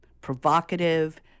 provocative